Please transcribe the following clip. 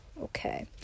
Okay